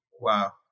Wow